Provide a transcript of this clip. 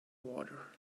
water